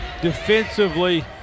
defensively